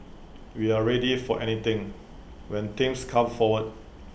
we're ready for anything when things come forward